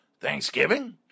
Thanksgiving